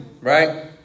right